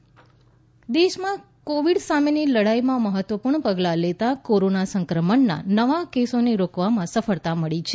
Covid દેશ દેશમાં Covid સામેની લડાઈમાં મહત્વપૂર્ણ પગલાં લેતા કોરોના સંક્રમણના નવા કેસોને રોકવામાં સફળતા મળી છે